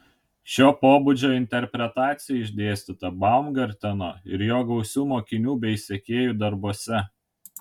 šio pobūdžio interpretacija išdėstyta baumgarteno ir jo gausių mokinių bei sekėjų darbuose